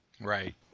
Right